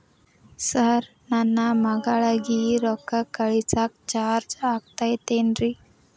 Sir ನನ್ನ ಮಗಳಗಿ ರೊಕ್ಕ ಕಳಿಸಾಕ್ ಚಾರ್ಜ್ ಆಗತೈತೇನ್ರಿ?